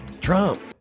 Trump